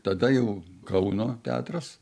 tada jau kauno teatras